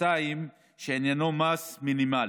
שני שעניינו מס מינימלי.